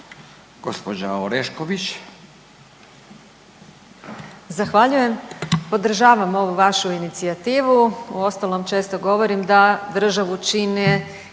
Gđa Orešković.